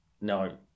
no